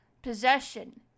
possession